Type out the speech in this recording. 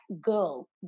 girl